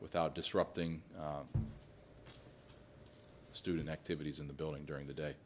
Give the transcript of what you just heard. without disrupting student activities in the building during the day